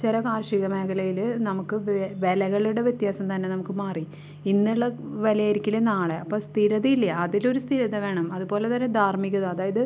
ചില കാർഷിക മേഖലയിൽ നമുക്ക് വെ വിലകളുടെ വ്യത്യാസം തന്നെ നമുക്ക് മാറി ഇന്നുള്ള വിലയായിരിക്കില്ല നാളെ അപ്പോൾ സ്ഥിരതയില്ലേ അതിലൊരു സ്ഥിരത വേണം അതുപോലെ തന്നെ ധാർമ്മികത അതായത്